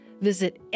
visit